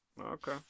Okay